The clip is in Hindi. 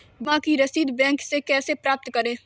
बीमा की रसीद बैंक से कैसे प्राप्त करें?